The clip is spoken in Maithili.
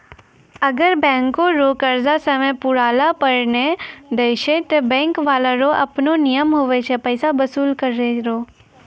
अगर बैंको रो कर्जा समय पुराला पर नै देय छै ते बैंक बाला रो आपनो नियम हुवै छै पैसा बसूल करै रो